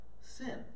sin